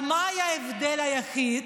מה היה ההבדל היחיד?